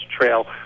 trail